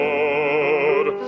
Lord